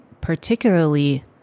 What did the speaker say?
particularly